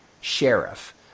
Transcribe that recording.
sheriff